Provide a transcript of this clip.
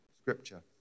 scripture